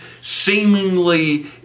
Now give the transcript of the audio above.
seemingly